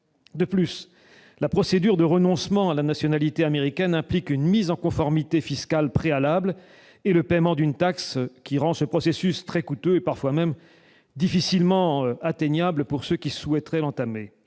De plus, la procédure de renoncement à la nationalité américaine implique une mise en conformité fiscale préalable et le paiement d'une taxe qui rend ce processus très coûteux, voire difficilement atteignable pour ceux qui souhaiteraient l'entamer.